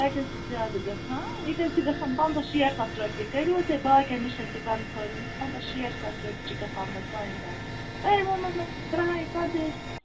تَتہِ حظ چھِ زیادٕ گَژھان ییٚتہِ حظ چھِ گَژھان پنٛژاہ شیٹھ ساس رۄپیہِ کٔرِو حظ تُہۍ باقِین نِش تہِ کنفٲرٕم پنٛژاہ شیٹھ ساس رۄپیہِ چھِ گَژھان حظ کۅنٛٹل تُہۍ ہَے ووٚنوٕ مےٚ ترٕٛہے ژتجی